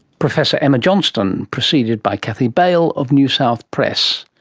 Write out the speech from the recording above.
professor emma johnston, preceded by kathy bail of newsouth press.